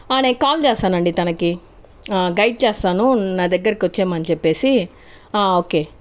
నేను కాల్ చేస్తాను అండి తనకి గైడ్ చేస్తాను నా దగ్గరకి వచ్చేయమని చెప్పేసి ఓకే